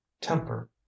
temper